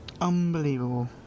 Unbelievable